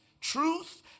truth